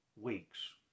weeks